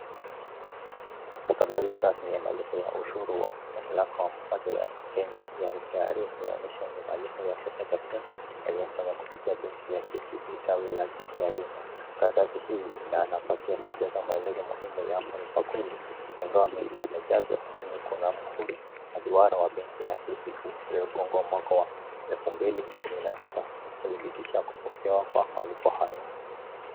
Stakabadhiya rasmi ya malipo ya ushuru wa mamlaka wa mapato ya Kenya yaani KRA inaonyesha malipo ya pesa taslimu yaliyofanywa kupitia benki ya KCB tawi la JKIA . Karatasi hii ina nafasi ya kujaza maelezo muhimu ya mlipakodi ingawa mengi yamejazwa. Chini kuna muhuri wa duara wa benki ya KCB uliogongwa mwaka wa elfu mbili kumi na sita kudhibitisha kupokelewa kwa malipo hayo.